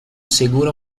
segura